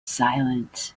silent